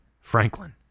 Franklin